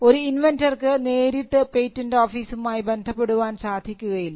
ഒരു ഇൻവെൻന്റർക്ക് നേരിട്ട് പേറ്റന്റ് ഓഫീസുമായി ബന്ധപ്പെടുവാൻ സാധിക്കുകയില്ല